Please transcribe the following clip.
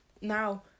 now